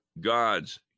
God's